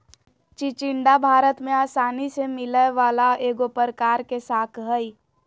चिचिण्डा भारत में आसानी से मिलय वला एगो प्रकार के शाक हइ